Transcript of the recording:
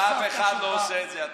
אף אחד לא עושה את זה,